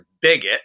bigot